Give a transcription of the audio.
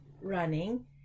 running